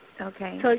Okay